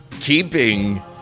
Keeping